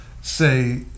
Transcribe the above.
say